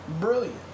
Brilliant